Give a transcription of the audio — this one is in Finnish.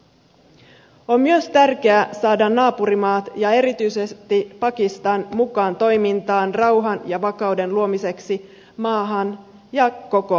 on myös tärkeää saada naapurimaat ja erityisesti pakistan mukaan toimintaan rauhan ja vakauden luomiseksi maahan ja koko alueelle